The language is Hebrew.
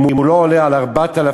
אם שכרו לא עולה על 4,000,